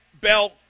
Bell